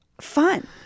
fun